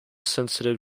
sensitive